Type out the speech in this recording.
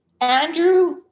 Andrew